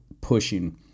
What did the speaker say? pushing